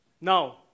Now